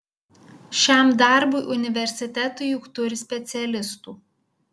šiam darbui universitetai juk turi specialistų